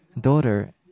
daughter